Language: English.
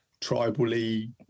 tribally